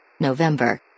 November